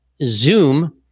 Zoom